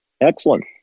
Excellent